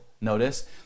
notice